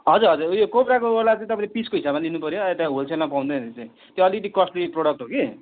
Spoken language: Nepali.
हजुर हजुर उयो कोब्राको वाला चाहिँ तपाईँले पिसको हिसाबमा लिनुपर्यो यता होलसेलमा पाउँदैन यो चाहिँ त्यो अलिकति कस्टली प्रडक्ट हो कि